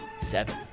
Seven